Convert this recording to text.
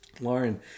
Lauren